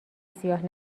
سیاه